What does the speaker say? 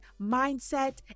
mindset